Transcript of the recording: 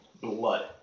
blood